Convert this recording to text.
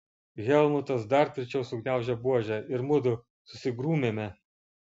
helmutas dar tvirčiau sugniaužė buožę ir mudu susigrūmėme